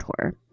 tour